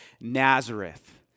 Nazareth